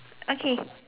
okay